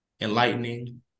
enlightening